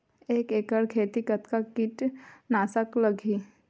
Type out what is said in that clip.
एक एकड़ खेती कतका किट नाशक लगही?